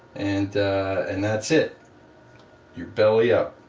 and and that's it your belly up,